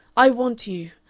i want you.